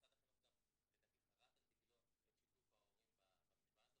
משרד החינוך לדעתי חרט על דגלו את שיתוף ההורים במשוואה הזאת.